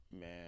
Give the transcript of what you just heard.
Man